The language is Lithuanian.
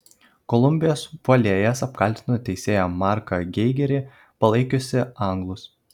kolumbijos puolėjas apkaltino teisėją marką geigerį palaikiusį anglus